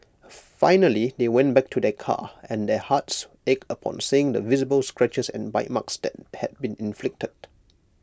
finally they went back to their car and their hearts ached upon seeing the visible scratches and bite marks that had been inflicted